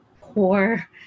poor